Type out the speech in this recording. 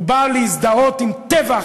הוא בא להזדהות אחרי טבח,